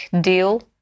deal